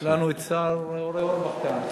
יש לנו את השר אורבך כאן.